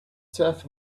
turf